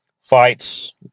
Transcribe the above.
fights